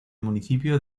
municipio